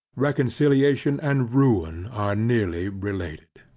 reconciliation and ruin are nearly related.